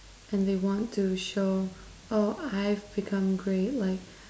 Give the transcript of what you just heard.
and they want to show oh I've become great like